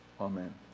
Amen